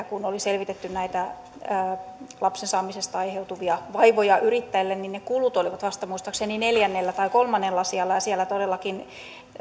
kun oli selvitetty näitä lapsen saamisesta aiheutuvia vaivoja yrittäjälle ne kulut olivat muistaakseni vasta neljäs tai kolmannella sijalla ja siellä todellakin